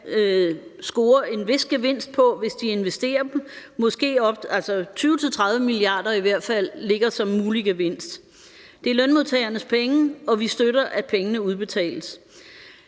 score en vis gevinst på, hvis de investerer dem, altså, 20-30 mia. kr. ligger der i hvert fald som mulig gevinst. Det er lønmodtagernes penge, og vi støtter, at pengene udbetales.